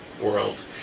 world